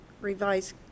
Revised